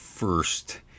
first